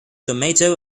tomato